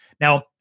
Now